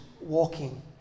walking